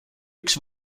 üks